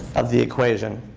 of the equation.